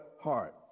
heart